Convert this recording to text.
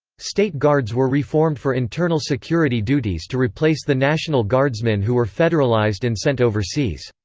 state guards were reformed for internal security duties to replace the national guardsmen who were federalized and sent overseas.